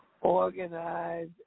organize